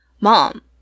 Mom